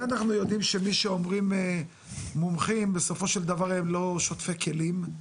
איך אנחנו יודעים שמי שאומרים מומחים הם לא בסופו של דבר שוטפי כלים?